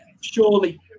surely